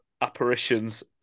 apparitions